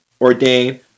ordained